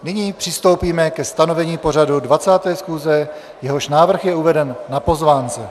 Nyní přistoupíme ke stanovení pořadu 20. schůze, jehož návrh je uveden na pozvánce.